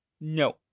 No